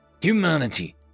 Humanity